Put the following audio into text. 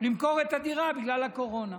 למכור את הדירה, בגלל הקורונה.